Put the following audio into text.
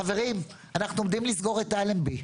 חברים, אנחנו עומדים לסגור את אלנבי.